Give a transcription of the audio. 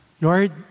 Lord